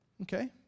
Okay